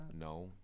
No